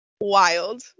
Wild